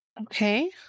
okay